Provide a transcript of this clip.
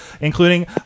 including